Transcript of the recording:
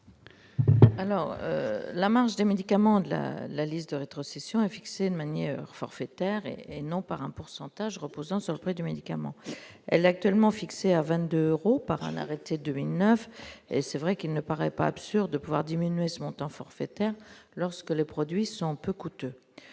la marge des médicaments de la liste rétrocession est fixé de manière forfaitaire et et non par un pourcentage reposant sur prix du médicament, elle, actuellement fixé à 22 euros par un arrêté 2009 et c'est vrai qu'il ne paraît pas absurde pouvoir diminuer ce montant forfaitaire lorsque les produits sont peu coûteux,